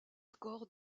score